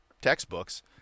textbooks